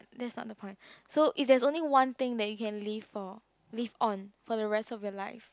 that's not the point so if there is only one thing that you can live for live on for the rest of your life